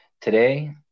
Today